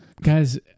Guys